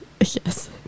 Yes